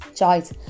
choice